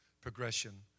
progression